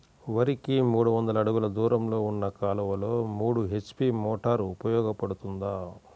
వరికి మూడు వందల అడుగులు దూరంలో ఉన్న కాలువలో మూడు హెచ్.పీ మోటార్ ఉపయోగపడుతుందా?